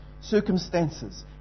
circumstances